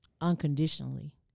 unconditionally